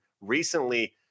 recently